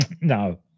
no